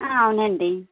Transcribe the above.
అవునండి